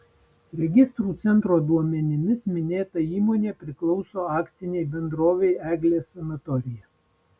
registrų centro duomenimis minėta įmonė priklauso akcinei bendrovei eglės sanatorija